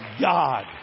God